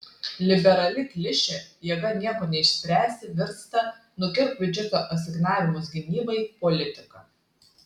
liberali klišė jėga nieko neišspręsi virsta nukirpk biudžeto asignavimus gynybai politika